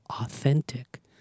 authentic